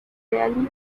valve